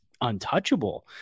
untouchable